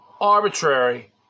arbitrary